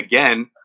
again